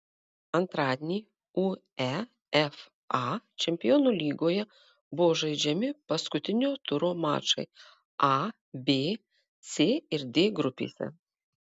antradienį uefa čempionų lygoje buvo žaidžiami paskutinio turo mačai a b c ir d grupėse